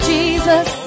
Jesus